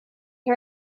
her